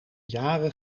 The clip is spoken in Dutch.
jaren